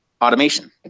automation